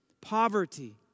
poverty